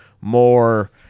more